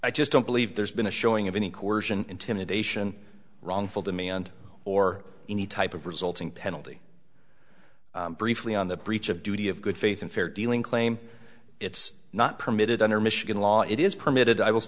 i just don't believe there's been a showing of any coercion intimidation wrongful to me and or any type of resulting penalty briefly on the breach of duty of good faith and fair dealing claim it's not permitted under michigan law it is permitted i will